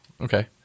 Okay